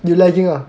you like it ah